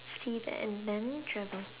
see the end then travel